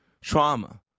trauma